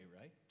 right